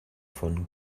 von